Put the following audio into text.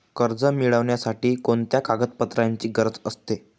कर्ज मिळविण्यासाठी कोणत्या कागदपत्रांची गरज असते?